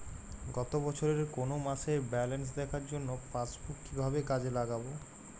গত বছরের কোনো মাসের ব্যালেন্স দেখার জন্য পাসবুক কীভাবে কাজে লাগাব?